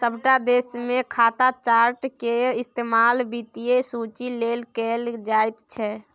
सभटा देशमे खाता चार्ट केर इस्तेमाल वित्तीय सूचीक लेल कैल जाइत छै